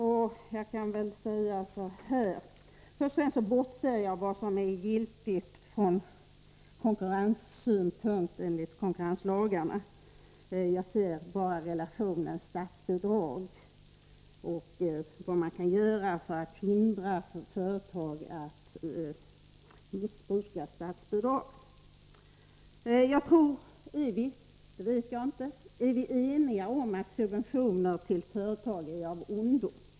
Först och främst bortser jag från vad som är giltigt från konkurrenssynpunkt enligt konkurrenslagarna. Jag ser detta bara i relation till statsbidrag, dvs. vad man kan göra för att hindra företag att missbruka statsbidrag. Är vi eniga om att subventioner till företag är av ondo?